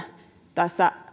tässä